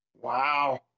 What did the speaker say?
Wow